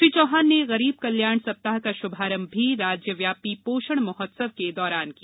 श्री चौहान ने गरीब कल्याण सप्ताह का शुभारंभ भी राज्यव्यापी पोषण महोत्सव के दौरान किया